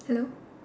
hello